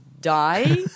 die